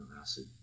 acid